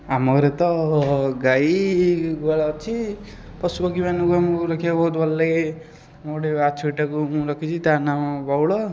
ଆମ ଘରେ ତ ଗାଈ ଗୁହାଳ ଅଛି ପଶୁ ପକ୍ଷୀମାନଙ୍କୁ ଆମକୁ ରଖିବାକୁ ବହୁତ ଭଲ ଲାଗେ ମୁଁ ଗୋଟେ ବାଛୁରୀ ଟାକୁ ମୁଁ ରଖିଛି ତାର ନାମ ବଉଳ